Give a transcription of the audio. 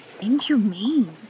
inhumane